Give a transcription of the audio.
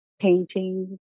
paintings